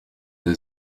der